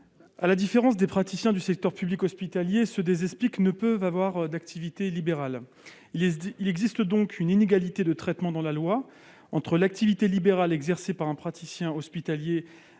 À la différence des praticiens du secteur public hospitalier, les praticiens des Espic ne peuvent avoir d'activité libérale. Il existe donc une inégalité de traitement dans la loi entre l'activité libérale exercée par un praticien hospitalier